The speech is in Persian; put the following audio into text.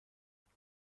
خیلی